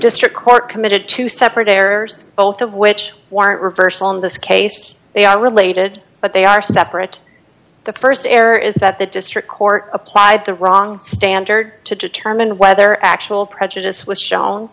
district court committed two separate errors both of which warrant reversal in this case they are related but they are separate the st error is that the district court applied the wrong standard to determine whether actual prejudice was shown